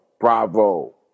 bravo